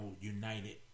united